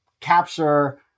capture